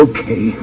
Okay